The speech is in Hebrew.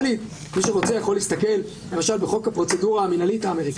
ויש לו מחיר שלדעתי הוא מחיר מאוד